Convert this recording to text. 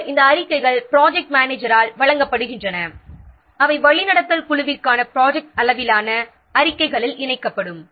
பின்னர் இந்த அறிக்கைகள் ப்ராஜெக்ட் மேனேஜரால் வழங்கப்படுகின்றன அவை வழிநடத்தல் குழுவிற்கான ப்ராஜெக்ட் அளவிலான அறிக்கைகளில் இணைக்கப்படும்